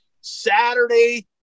Saturday